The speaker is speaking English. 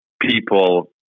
people